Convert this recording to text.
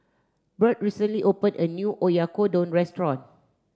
Birt recently opened a new Oyakodon restaurant